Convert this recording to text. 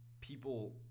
people